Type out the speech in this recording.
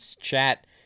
chat